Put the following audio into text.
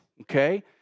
Okay